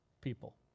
people